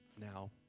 now